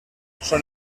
són